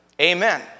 Amen